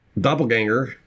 doppelganger